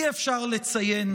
אי-אפשר לציין